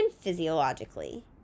physiologically